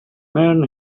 men